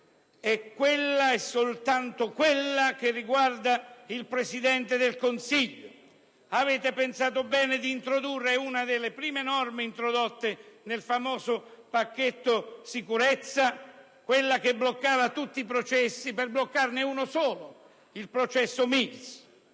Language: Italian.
è quella e soltanto quella che riguarda il Presidente del Consiglio. Avete pensato bene di introdurre, fra le prime previste nel famoso pacchetto sicurezza, una norma che avrebbe bloccato tutti i processi per bloccarne uno solo, il cosiddetto processo Mills.